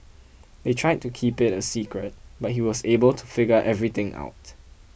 they tried to keep it a secret but he was able to figure everything out